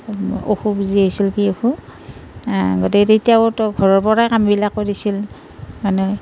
অসুখ যে আহিছিল কি অসুখ গতিকে তেতিয়াওটো ঘৰৰ পৰাই কামবিলাক কৰিছিল মানুহে